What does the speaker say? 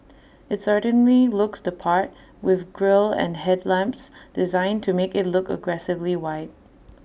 IT certainly looks the part with grille and headlamps designed to make IT look aggressively wide